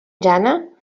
jana